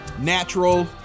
natural